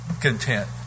content